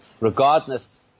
regardless